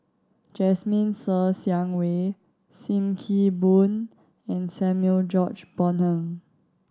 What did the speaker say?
Jasmine Ser Xiang Wei Sim Kee Boon and Samuel George Bonham